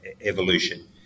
evolution